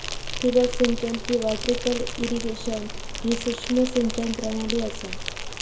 ठिबक सिंचन किंवा ट्रिकल इरिगेशन ही सूक्ष्म सिंचन प्रणाली असा